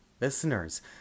listeners